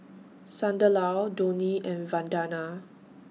Sunderlal Dhoni and Vandana